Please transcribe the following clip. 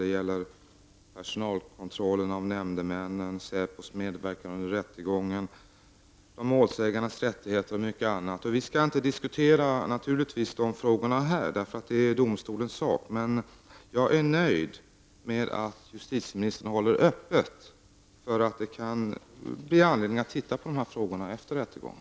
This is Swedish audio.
Det gäller personalkontrollen av nämndemännen, SÄPOs medverkan vid rättegången och målsägarnas rättighet m.m. Vi skall naturligtvis inte diskutera de frågorna här, eftersom det är domstolens sak. Jag är dock nöjd med att justitieministern håller öppet för att det kan bli anledning att se över dessa frågor efter rättegången.